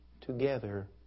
together